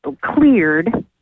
cleared